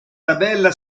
tabella